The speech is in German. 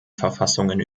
verfassungen